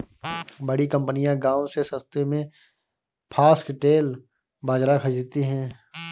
बड़ी कंपनियां गांव से सस्ते में फॉक्सटेल बाजरा खरीदती हैं